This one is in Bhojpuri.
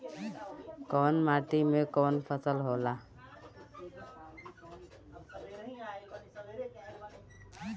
कवन माटी में कवन फसल हो ला?